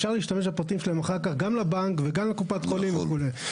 אפשר להשתמש בפרטים שלהם אחר כך גם לבנק וגם לקופת חולים וכו'.